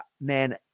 man